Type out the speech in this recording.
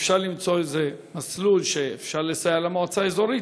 שאפשר למצוא איזה מסלול שאפשר לסייע למועצה האזורית,